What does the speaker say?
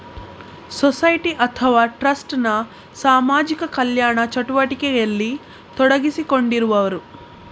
society ಅಥವಾ trust ನ ಸಾಮಾಜಿಕ ಕಲ್ಯಾಣ ಚಟುವಟಿಕೆಯಲ್ಲಿ ತೊಡಗಿಸಿಕೊಂಡಿರುವವರು